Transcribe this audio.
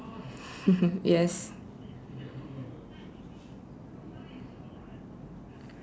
yes